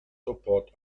support